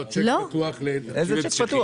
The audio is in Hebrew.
שיק פתוח להמשכיות.